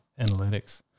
analytics